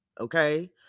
okay